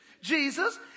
Jesus